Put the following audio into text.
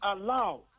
allow